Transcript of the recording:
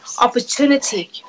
opportunity